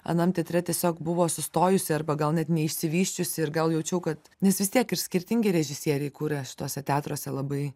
anam teatre tiesiog buvo sustojusi arba gal net neišsivysčiusi ir gal jaučiau kad nes vis tiek ir skirtingi režisieriai kuria su tuose teatruose labai